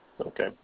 Okay